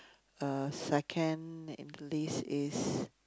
uh second list is